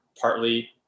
partly